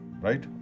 Right